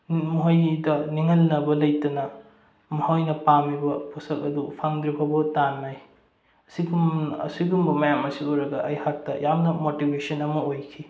ꯃꯈꯣꯏꯗ ꯅꯤꯡꯍꯟꯅꯕ ꯂꯩꯇꯅ ꯃꯈꯣꯏꯅ ꯄꯥꯝꯃꯤꯕ ꯄꯣꯠꯁꯛ ꯑꯗꯨ ꯐꯪꯗ꯭ꯔꯤꯐꯥꯎꯕ ꯇꯥꯟꯅꯩ ꯑꯁꯤꯒꯨꯝꯕ ꯃꯌꯥꯝ ꯑꯁꯤ ꯎꯔꯒ ꯑꯩꯍꯥꯛꯇ ꯌꯥꯝꯅ ꯄꯣꯠꯇꯤꯕꯦꯁꯟ ꯑꯃ ꯑꯣꯏꯈꯤ